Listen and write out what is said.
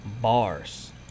Bars